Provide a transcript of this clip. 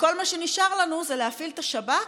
וכל מה שנשאר לנו זה להפעיל את השב"כ,